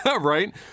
right